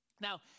Now